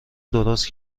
درست